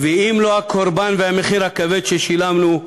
ואם לא הקורבן והמחיר הכבד ששילמנו,